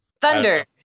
thunder